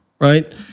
right